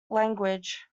language